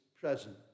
present